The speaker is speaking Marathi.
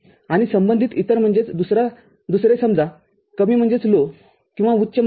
आणि संबंधित इतर म्हणजे दुसरे समजा कमी किंवा उच्च आहे